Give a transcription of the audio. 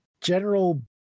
General